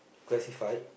Classified